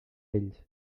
vells